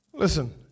Listen